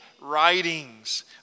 writings